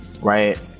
Right